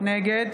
נגד